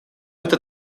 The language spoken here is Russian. это